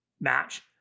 match